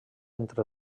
entre